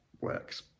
works